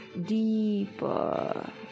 deeper